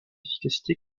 efficacité